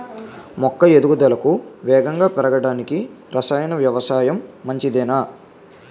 మొక్క ఎదుగుదలకు వేగంగా పెరగడానికి, రసాయన వ్యవసాయం మంచిదేనా?